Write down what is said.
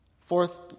Fourth